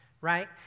right